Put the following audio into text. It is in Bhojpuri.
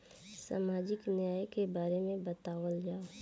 सामाजिक न्याय के बारे में बतावल जाव?